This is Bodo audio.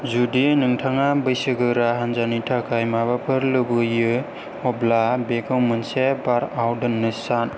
जुदि नोंथाङा बैसोगोरा हान्जानि थाखाय माबाफोर लुबैयो अब्ला बेखौ मोनसे बाराव दोन्नो सान